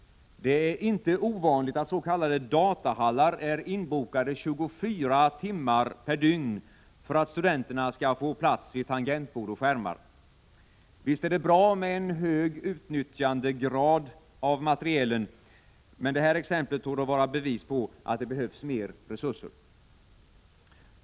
Det är inte ovanligt att s.k. datahallar är inbokade 24 timmar per dygn för att studenterna skall få plats vid tangentbord och skärmar. Visst är det bra med en hög utnyttjandegrad av materielen, men det här exemplet torde vara bevis på att det behövs mer resurser.